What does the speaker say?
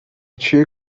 چیه